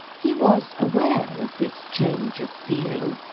he was aware of this change of feeling,